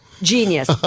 Genius